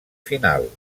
final